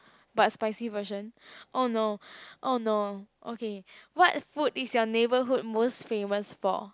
but spicy version oh no oh no okay what food is your neighborhood most famous for